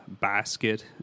basket